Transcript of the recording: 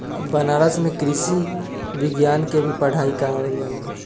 बनारस में भी कृषि विज्ञान के भी पढ़ाई करावल जाला